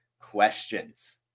questions